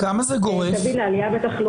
תביא לעלייה בתחלואה.